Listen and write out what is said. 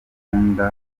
akunda